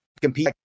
compete